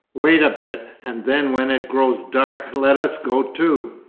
wait a bit, and then when it grows dark let us go too.